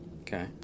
okay